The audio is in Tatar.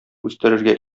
үстерергә